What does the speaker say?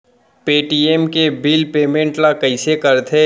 Paytm के bill payment ल कइसे करथे?